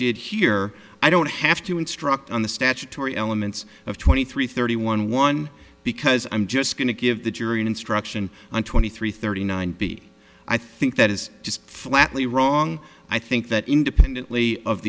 did here i don't have to instruct on the statutory elements of twenty three thirty one one because i'm just going to give the jury an instruction on twenty three thirty nine b i think that is just flatly wrong i think that independently of